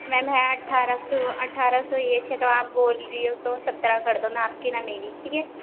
میم ہے اٹھارہ سو اٹھارہ سو اٹھارہ سو آپ بول رہی ہو تو سترہ کر دو نہ آپ کی نہ میری ٹھیک ہے